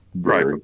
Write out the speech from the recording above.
Right